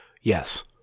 Yes